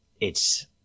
it's-